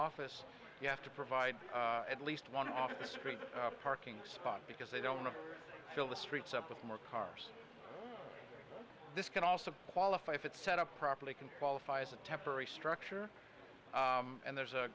office you have to provide at least one off screen parking spot because they don't fill the streets up with more cars this can also qualify for it set up properly can qualify as a temporary structure and there's a